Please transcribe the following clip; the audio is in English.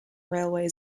railway